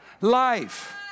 life